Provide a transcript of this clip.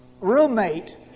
roommate